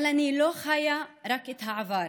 אבל אני לא חיה רק את העבר